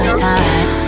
time